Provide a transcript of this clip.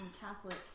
Catholic